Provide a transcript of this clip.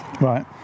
Right